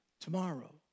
tomorrow